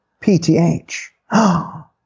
PTH